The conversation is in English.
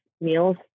meals